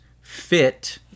fit